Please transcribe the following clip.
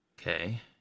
Okay